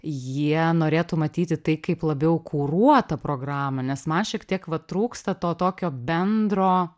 jie norėtų matyti tai kaip labiau kuruotą programą nes man šiek tiek va trūksta to tokio bendro